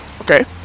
Okay